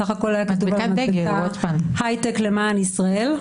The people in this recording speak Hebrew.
בסך הכול היה כתוב על המדבקה "היי-טק למען ישראל".